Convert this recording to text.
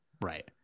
right